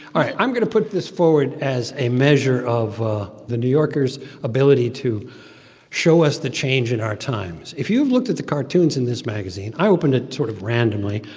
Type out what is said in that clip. i'm going to put this forward as a measure of the new yorker's ability to show us the change in our times. if you've looked at the cartoons in this magazine i opened it sort of randomly,